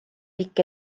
pikk